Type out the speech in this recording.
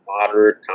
moderate